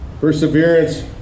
perseverance